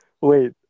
wait